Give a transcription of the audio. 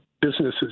businesses